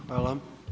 Hvala.